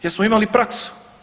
Jer smo imali praksu.